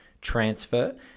transfer